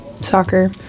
soccer